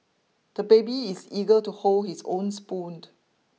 the baby is eager to hold his own spoon